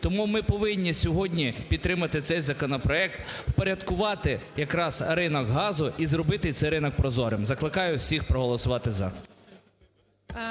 Тому ми повинні сьогодні підтримати цей законопроект, впорядкувати якраз ринок газу і зробити цей ринок прозорим. Закликаю всіх проголосувати "за".